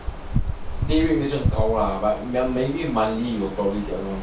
lah but mainly monthly will probably jump